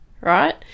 right